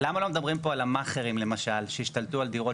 למה לא מדברים פה על המאכרים למשל שהשתלטו על דירות